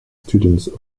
students